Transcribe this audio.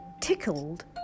tickled